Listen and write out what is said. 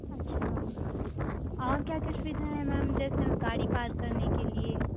अच्छा मेम और क्या क्या सुविधा हैं मेम जैसे गाड़ी पार्क करने के लिए